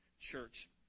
church